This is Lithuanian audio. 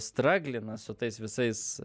straglina su tais visais